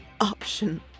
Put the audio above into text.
option